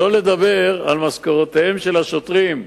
שלא לדבר על משכורותיהם של השוטרים,